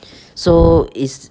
so is